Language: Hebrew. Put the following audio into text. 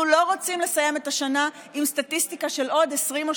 אנחנו לא רוצים לסיים את השנה עם סטטיסטיקה של עוד 20 או